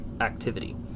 activity